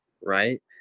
right